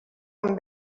amb